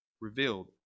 revealed